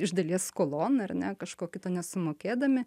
iš dalies skolon ar ne kažko kito nesumokėdami